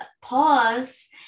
pause